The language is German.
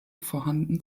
vorhanden